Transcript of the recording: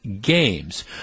games